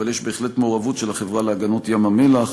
ויש בהחלט מעורבות של החברה להגנות ים-המלח,